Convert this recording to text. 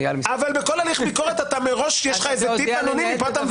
איל מסתכל --- אבל בכל הליך ביקורת יש לך איזה תיק אנונימי מראש.